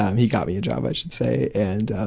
um he got me a job i should say. and